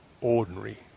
ordinary